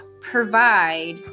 provide